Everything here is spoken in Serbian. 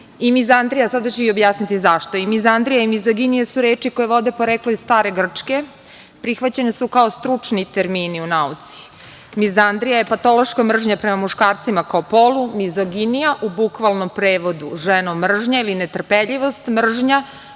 i mizantrija sada ću i objasniti zašto. I mizandrija i mizoginija su reči koje vode poreklo iz Stare Grčke prihvaćene su kao stručni termini u nauci. Mizandrija je patološka mržnja prema muškarcima kao polu, mizoginija u bukvalnom prevodu - ženo mržnje ili netrpeljivost, mržnja